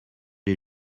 les